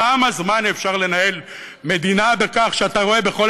כמה זמן אפשר לנהל מדינה בכך שאתה רואה בכל